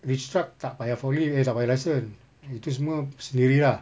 rees truck tak payah forklift eh tak payah license itu semua sendiri lah